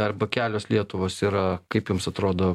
arba kelios lietuvos yra kaip jums atrodo